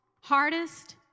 hardest